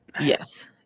Yes